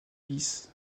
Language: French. lis